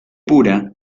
pura